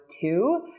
two